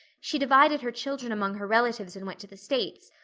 she divided her children among her relatives and went to the states.